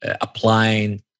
applying